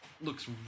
looks